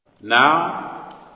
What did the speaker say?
Now